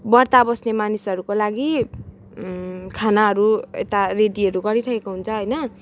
व्रत बस्ने मानिसहरूको लागि खानाहरू यता रेडीहरू गरिरहेको हुन्छ होइन